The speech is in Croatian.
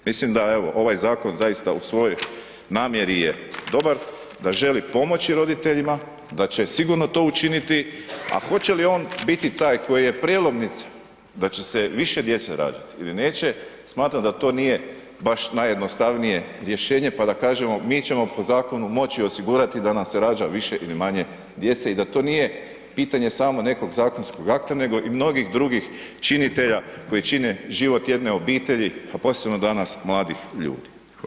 Mislim da evo, ovaj zakon zaista u svojoj namjeri je dobar, da želi pomoći roditeljima, da će sigurno to učiniti a hoće li on biti taj koji je prijelomnica da će se više djece rađati ili neće, smatram da to nije baš najjednostavnije rješenje pa da kažemo mi ćemo po zakonu moći osigurati da nam se rađa više ili manje djece i da to nije pitanje samo nekog zakonskog akta nego i mnogih drugih činitelja koji čine život jedne obitelji a posebno danas mladih ljudi.